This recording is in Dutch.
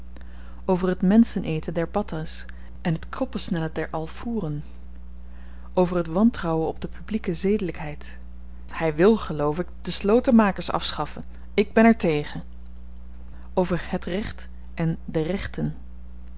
over het menschen eten der battah's en het koppensnellen der alfoeren over het wantrouwen op de publieke zedelykheid hy wil geloof ik de slotenmakers afschaffen ik ben er tegen over het recht en de rechten